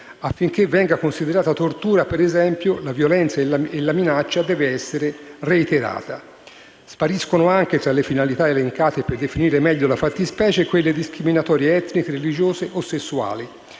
Affinché venga considerata tortura, per esempio, la violenza e la minaccia devono essere reiterate. Spariscono anche, tra le finalità elencate per definire meglio la fattispecie, quelle discriminatorie etniche, religiose o sessuali;